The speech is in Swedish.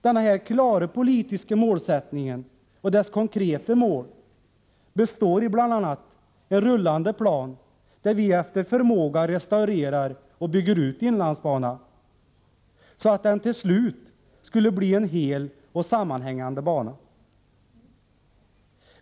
Denna klara politiska målsättning och dess konkreta mål består bl.a. i en rullande plan där vi efter förmåga restaurerar och bygger ut inlandsbanan så att den till slut skall bli en hel och sammanhängande bana.